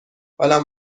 حالم